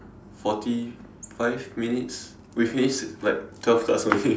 forty five minutes we finished like twelve cards only eh